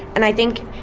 and i think,